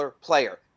player